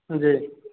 जी